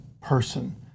person